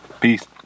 Peace